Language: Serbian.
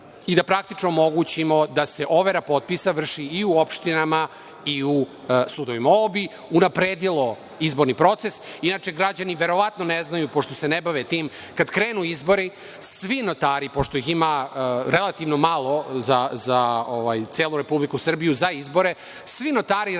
i da praktično omogućimo da se overa potpisa vrši i u opštinama i u sudovima. Ovo bi unapredilo izborni proces. Inače, građani verovatno ne znaju, pošto se ne bavi tim, kada krenu izbori, svi notari, pošto ih ima relativno malo za celu Republiku Srbiju, za izbore, svi notari rade za